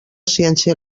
ciència